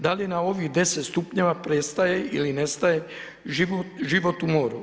Da li je na ovih 10 stupnjeva prestaje ili nestaje život u moru?